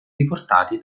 riportati